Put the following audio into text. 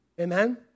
amen